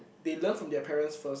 they learn from their parents first